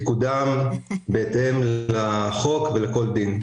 ויקודם בהתאם לחוק ולכל דין.